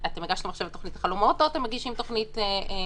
הגשתם עכשיו את תוכנית החלומות או שאתם מגישים תוכנית מודולרית?